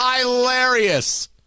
Hilarious